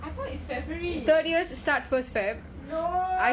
I thought it february no